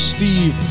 Steve